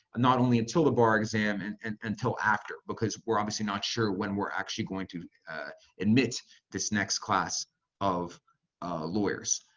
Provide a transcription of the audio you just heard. not only until the bar exam, and and until after. because we're obviously not sure when we're actually going to admit this next class of lawyers.